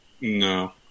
No